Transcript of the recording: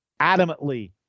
adamantly